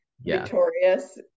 Victorious